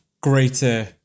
greater